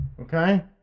okay